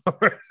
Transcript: right